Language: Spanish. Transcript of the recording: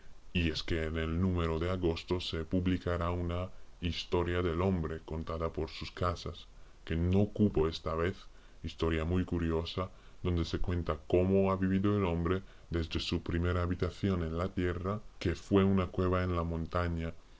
y es que en el número de agosto se publicará una historia del hombre contada por sus casas que no cupo esta vez historia muy curiosa donde se cuenta cómo ha vivido el hombre desde su primera habitación en la tierra que fue una cueva en la montaña